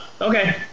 Okay